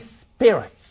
spirits